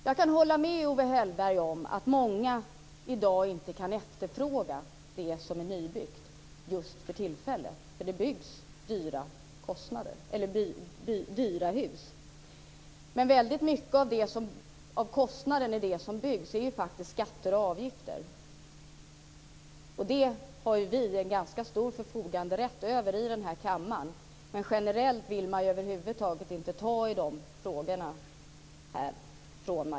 Jag kan hålla med Owe Hellberg om att många just för tillfället inte kan efterfråga det som är nybyggt. Det byggs dyra hus. Men mycket av kostnaden för det som byggs är ju faktiskt skatter och avgifter. Det har vi en ganska stor förfoganderätt över här i kammaren, men generellt vill majoriteten inte ta i de frågorna.